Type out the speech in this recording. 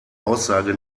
aussage